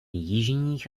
jižních